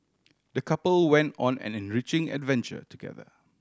the couple went on an enriching adventure together